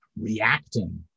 reacting